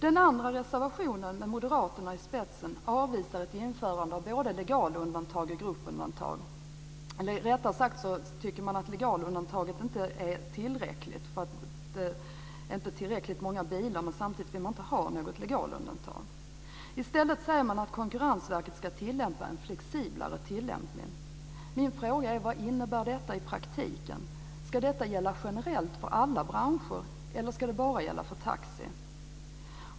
Den andra reservationen, där Moderaterna står i spetsen, avvisar både ett införande av legalundantag och gruppundantag. Rättare sagt, man tycker att legalundantaget inte är tillräckligt. Det gäller inte tillräckligt många bilar. Samtidigt vill man inte ha något legalundantag. I stället säger man att Konkurrensverket ska göra en flexiblare tillämpning. Vad innebär det i praktiken? Ska det gälla generellt för alla branscher, eller ska det bara gälla för taxi?